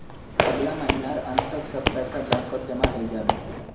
अगला महीनार अंत तक सब पैसा बैंकत जमा हइ जा बे